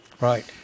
Right